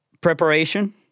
preparation